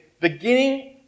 beginning